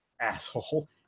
asshole